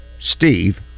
Steve